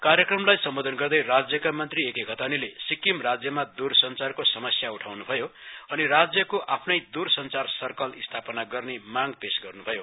कार्यक्रमलाई सम्बोधन गर्दै राज्यका मन्त्री ए के घतानीले सिक्किम राज्यमा दूरसञ्चारको समस्या उठाउन्भयो अनि राज्यको आफ्नै दूरसञ्चार सर्कल स्थापना गर्ने माँग पेश गर्न् भयो